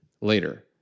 later